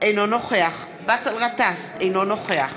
אינו נוכח באסל גטאס, אינו נוכח